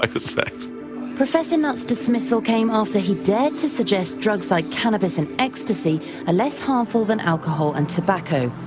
like ah professor's nutt's dismissal came after he dared to suggest drugs like cannabis and ecstasy are less harmful than alcohol and tobacco.